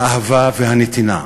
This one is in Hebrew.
האהבה והנתינה,